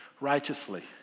righteously